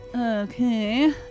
Okay